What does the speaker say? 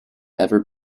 ever